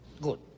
Good